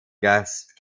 guest